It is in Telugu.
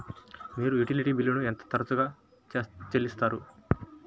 మీరు యుటిలిటీ బిల్లులను ఎంత తరచుగా చెల్లిస్తారు?